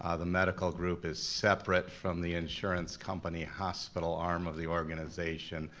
ah the medical group is separate from the insurance company hospital arm of the organization.